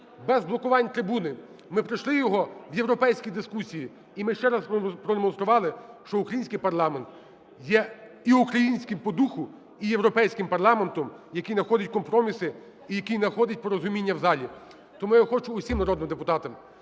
без блокувань трибуни. Ми пройшли його в європейській дискусії, і ми ще раз продемонстрували, що український парламент є і українським по духу, і європейським парламентом, який находить компроміси і який находить порозуміння в залі. Тому я хочу усім народним депутатам,